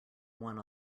one